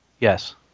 Yes